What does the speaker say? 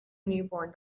newborn